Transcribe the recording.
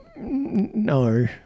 no